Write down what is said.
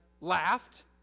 laughed